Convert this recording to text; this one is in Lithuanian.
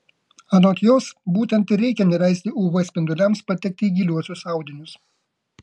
anot jos būtent ir reikia neleisti uv spinduliams patekti į giliuosius audinius